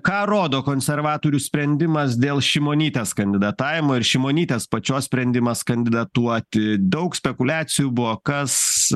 ką rodo konservatorių sprendimas dėl šimonytės kandidatavimo ir šimonytės pačios sprendimas kandidatuoti daug spekuliacijų buvo kas